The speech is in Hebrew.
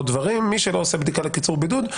דברים; מי שלא עושה בדיקה לקיצור הבידוד,